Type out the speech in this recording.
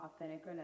Authentic